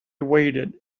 waited